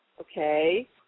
Okay